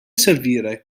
servire